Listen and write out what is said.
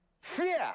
Fear